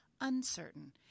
uncertain